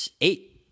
eight